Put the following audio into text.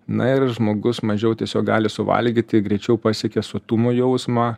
na ir žmogus mažiau tiesiog gali suvalgyti greičiau pasiekia sotumo jausmą